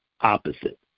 opposite